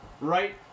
right